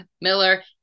Miller